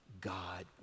God